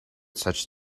such